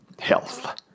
Health